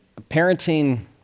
parenting